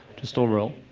just overall?